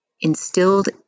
instilled